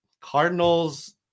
Cardinals